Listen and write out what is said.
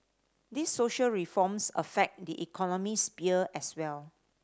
these social reforms affect the economic sphere as well